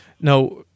Now